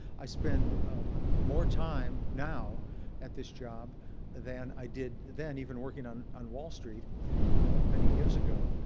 i spend more time now at this job than i did then, even working on on wall street many years ago.